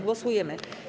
Głosujemy.